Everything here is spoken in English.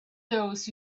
those